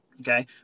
Okay